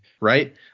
Right